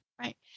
Right